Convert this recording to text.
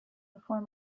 before